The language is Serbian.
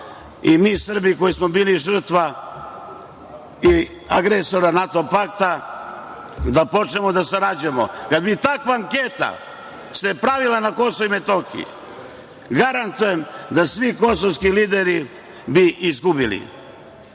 i mi Srbi koji smo bili žrtva agresora NATO pakta da počnemo da sarađujemo. Kad bi se takva anketa pravila na KiM, garantujem da bi svi kosovski lideri izgubili. Šta